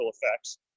effects